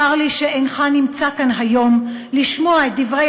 צר לי שאינך נמצא כאן היום לשמוע את דברי